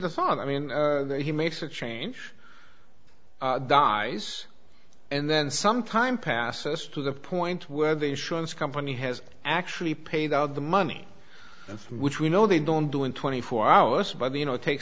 thought i mean he makes a change dies and then some time passes to the point where the insurance company has actually paid out the money which we know they don't do in twenty four hours by the you know it take